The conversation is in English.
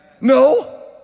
No